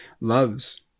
loves